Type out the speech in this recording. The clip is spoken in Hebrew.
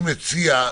אני מציע,